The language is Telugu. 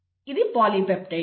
ఇది పాలీపెప్టైడ్